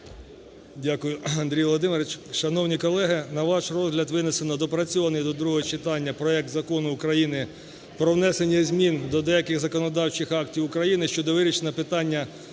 Дякую, Андрій Володимирович. Шановні колеги! На ваш розгляд винесено доопрацьований до другого читання проект Закону України про внесення змін до деяких законодавчих актів України щодо вирішення питання